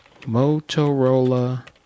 Motorola